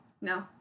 No